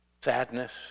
sadness